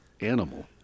animal